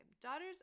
Daughters